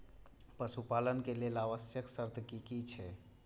पशु पालन के लेल आवश्यक शर्त की की छै?